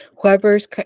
whoever's